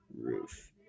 roof